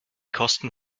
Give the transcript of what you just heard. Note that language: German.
kosten